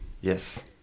Yes